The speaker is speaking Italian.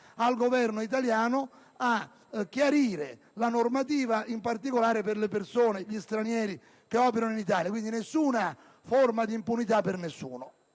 al Governo italiano a chiarire la normativa, in particolare per gli stranieri che operano in Italia; quindi nessuna forma di impunità per nessuno.